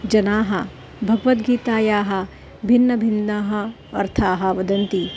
जनाः भगवद्गीतायाः भिन्नभिन्नान् अर्थान् वदन्ति